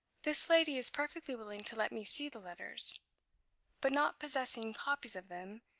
this lady is perfectly willing to let me see the letters but not possessing copies of them,